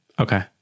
Okay